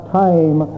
time